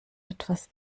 etwas